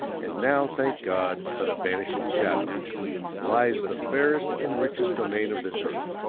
and now, thank god, but a vanishing shadow lies the fairest and richest domain of this earth.